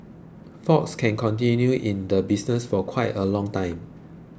fox can continue in the business for quite a long time